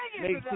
Make